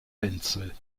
einzel